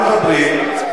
כולם מדברים.